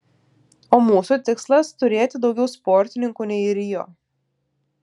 o mūsų tikslas turėti daugiau sportininkų nei rio